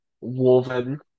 woven